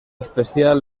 especial